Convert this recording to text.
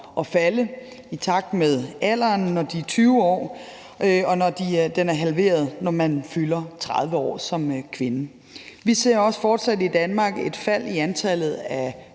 at falde i takt med alderen, når de er 20 år, og at den er halveret, når man som kvinde fylder 30 år. Vi ser i Danmark også fortsat et fald i antallet af